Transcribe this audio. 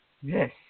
Yes